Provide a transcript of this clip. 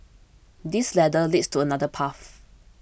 this ladder leads to another path